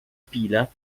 pila